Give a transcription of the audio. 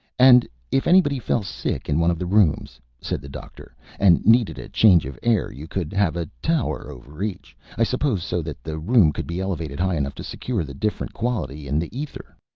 and if anybody fell sick in one of the rooms, said the doctor, and needed a change of air, you could have a tower over each, i suppose, so that the room could be elevated high enough to secure the different quality in the ether?